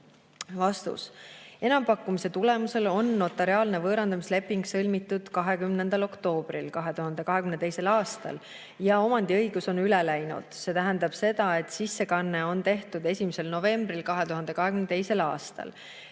Vastus. Enampakkumise tulemusel sõlmiti notariaalne võõrandamise leping 20. oktoobril 2022. aastal ja omandiõigus on üle läinud. See tähendab seda, et sissekanne tehti 1. novembril 2022. aastal.